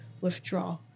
withdraw